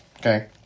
okay